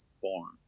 form